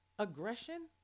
aggression